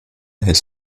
his